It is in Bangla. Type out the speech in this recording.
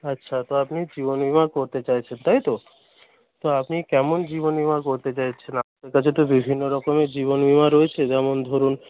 আচ্ছা তো আপনি জীবনবিমা করতে চাইছেন তাই তো তো আপনি কেমন জীবনবিমা করতে চাইছেন কাছে তো বিভিন্ন রকমের জীবনবিমা রয়েছে যেমন ধরুন